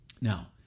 Now